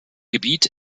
gebiet